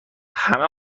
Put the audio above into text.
همه